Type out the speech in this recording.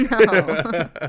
No